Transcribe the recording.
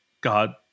God